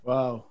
Wow